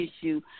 issue